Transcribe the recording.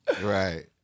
Right